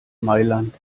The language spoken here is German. mailand